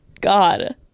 God